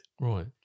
Right